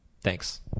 Thanks